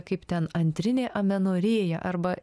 kaip ten antrinė amenorėja arba